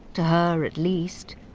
to her at least,